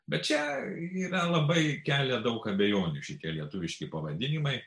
bet čia yra labai kelia daug abejonių šitie lietuviški pavadinimai